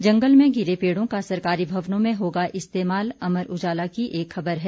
जंगल में गिरे पेड़ों का सरकारी भवनों में होगा इस्तेमाल अमर उजाला की खबर है